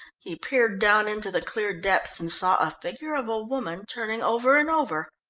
he peered down into the clear depths, and saw a figure of a woman turning over and over.